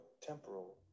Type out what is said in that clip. temporal